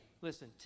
Listen